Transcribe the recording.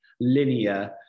linear